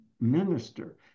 minister